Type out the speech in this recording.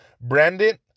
Brandon